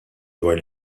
dwar